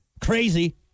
Crazy